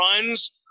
runs